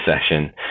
session